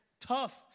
tough